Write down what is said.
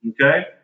Okay